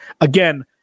Again